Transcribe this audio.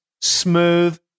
smooth